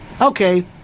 Okay